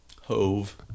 Hove